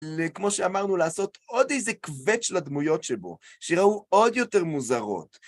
כמו שאמרנו, לעשות עוד איזה קווץ' לדמויות שבו, שיראו עוד יותר מוזרות.